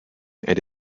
and